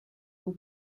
will